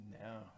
No